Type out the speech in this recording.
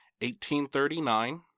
1839